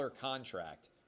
contract